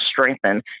strengthen